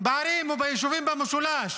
בערים וביישובים במשולש,